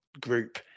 group